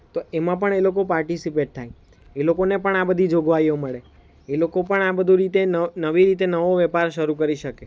તો એમાં પણ એ લોકો પાર્ટીસિપેટ થાય એ લોકોને પણ આ બધી જોગવાઈઓ મળે એ લોકો પણ આ બધું રીતે ન નવી રીતે નવો વેપાર શરૂ કરી શકે